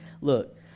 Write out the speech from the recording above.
Look